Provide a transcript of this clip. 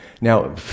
Now